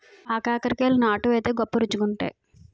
ఆగాకరకాయలు నాటు వైతే గొప్ప రుచిగుంతాయి